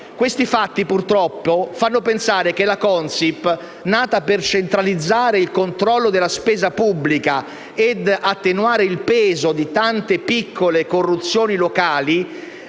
Questi fatti, purtroppo, fanno pensare che la Consip, nata per centralizzare il controllo della spesa pubblica e attenuare il peso di tante piccole corruzioni locali,